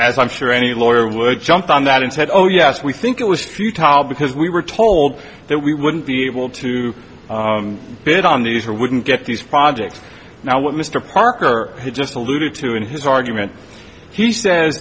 as i'm sure any lawyer would jumped on that and said oh yes we think it was futile because we were told that we wouldn't be able to bid on these or wouldn't get these projects now what mr parker has just alluded to in his argument he sa